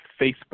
Facebook